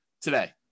today